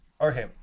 Okay